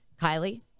Kylie